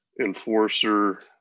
Enforcer